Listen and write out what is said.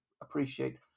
appreciate